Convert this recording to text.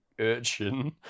urchin